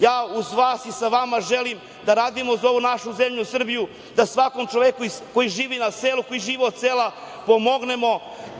ja uz vas i sa vama želim da radimo za ovu našu zemlju Srbiju, da svakom čoveku koji živi na selu, koji živi od sela, pomognemo da